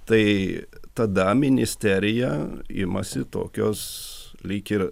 tai tada ministerija imasi tokios lyg ir